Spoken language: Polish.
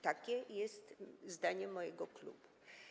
Takie jest zdanie mojego klubu.